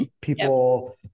people